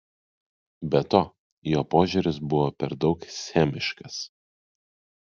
be to jo požiūris buvo per daug schemiškas